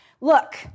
Look